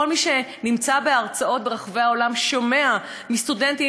כל מי שנמצא בהרצאות ברחבי העולם שומע מסטודנטים,